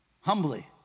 humbly